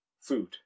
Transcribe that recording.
food